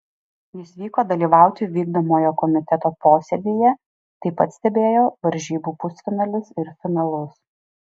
jis vyko dalyvauti vykdomojo komiteto posėdyje taip pat stebėjo varžybų pusfinalius ir finalus